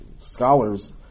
scholars